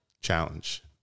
challenge